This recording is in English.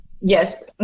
yes